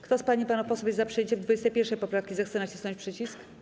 Kto z pań i panów posłów jest za przyjęciem 21. poprawki, zechce nacisnąć przycisk.